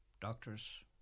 doctors